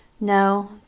No